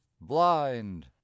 blind